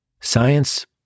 Science